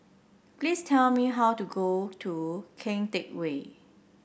please tell me how to go to Kian Teck Way